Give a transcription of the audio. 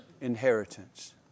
inheritance